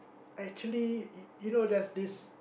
actually you you know there's this